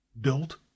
built